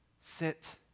sit